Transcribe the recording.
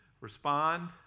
respond